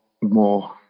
more